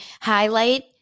highlight